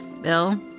Bill